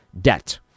debt